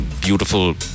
beautiful